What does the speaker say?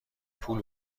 پول